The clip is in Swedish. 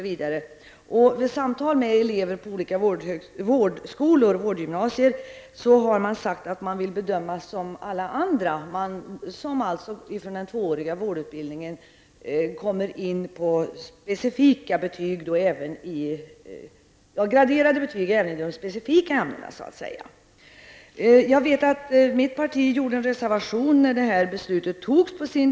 Vid samtal med elever på olika vårdskolor och vårdgymnasier har de uttryckt en önskan att bli behandlade som övriga elever, dvs. att de i likhet med elever från den tvååriga utbildningen antas på graderade betyg även i de specifika ämnena. Jag vet att det parti som jag tillhör avgav en reservation när detta beslut fattades.